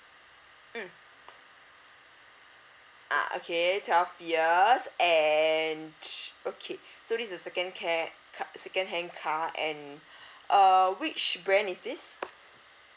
mm ah okay twelve years and sh~ okay so this is the second care car second hand car and uh which brand is this